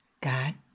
God